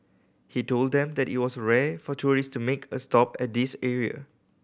he told them that it was rare for tourist to make a stop at this area